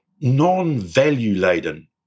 non-value-laden